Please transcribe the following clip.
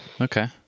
Okay